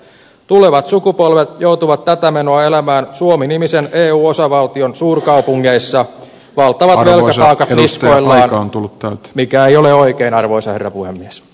tulevat sukupolvet joutuvat tätä menoa elämään suomi nimisen eu osavaltion suurkaupungeissa valtavat velkataakat niskoillaan mikä ei ole oikein arvoisa herra puhemies